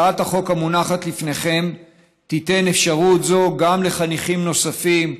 הצעת החוק המונחת בפניכם תיתן אפשרות זו גם לחניכים נוספים,